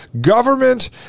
government